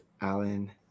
Alan